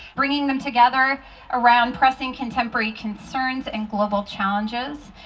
bringing them together around pressing contemporary concerns and global challenges,